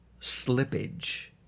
slippage